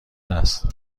است